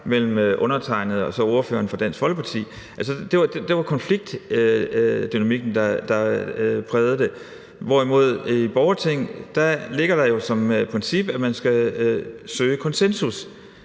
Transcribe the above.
mellem undertegnede og ordføreren for Dansk Folkeparti. Det var konfliktdynamikken, der prægede det. Hvorimod i et borgerting ligger der som princip, at man skal søge konsensus,